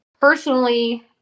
personally